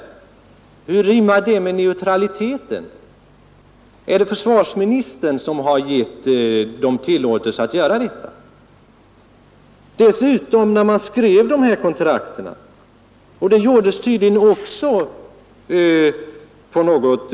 Och hur rimmar det med neutraliteten? Är det försvarsministern som har givit dem tillåtelse att göra detta? Dessutom gjordes tydligen också dessa kontrakt upp på smygvägar.